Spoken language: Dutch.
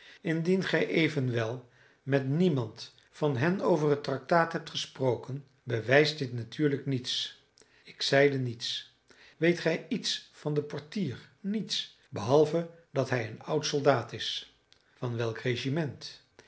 indien gij evenwel met niemand van hen over het tractaat hebt gesproken bewijst dit natuurlijk niets ik zeide niets weet gij iets van den portier illustratie hoe heerlijk schoon is toch een roos niets behalve dat hij een oud soldaat is van welk regiment